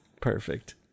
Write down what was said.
perfect